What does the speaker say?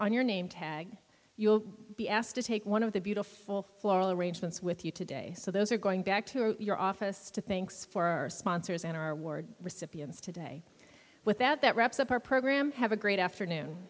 on your name tag you'll be asked to take one of the beautiful floral arrangements with you today so those are going back to your office to thinks for our sponsors and our ward recipients today with that that wraps up our program have a great afternoon